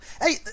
Hey